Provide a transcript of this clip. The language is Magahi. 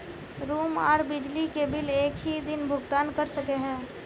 रूम आर बिजली के बिल एक हि दिन भुगतान कर सके है?